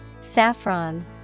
Saffron